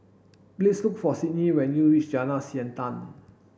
please look for Sidney when you reach Jalan Siantan